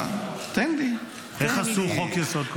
איך עושים חוק-יסוד?